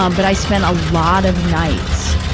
um but i spent a lot of nights,